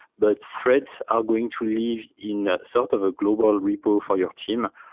but threads are going to live in a sort of global repo for your team,